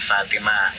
Fatima